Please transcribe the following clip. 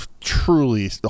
truly